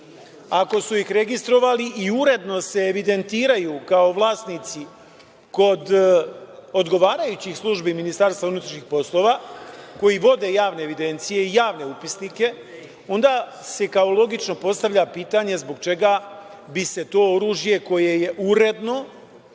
Ako su ih registrovali i uredno se evidentiraju kao vlasnici kod odgovarajućih službi MUP-a koji vode javne evidencije i javne upisnike, onda se kao logično postavlja pitanje zbog čega bi se to oružje koje je uredno,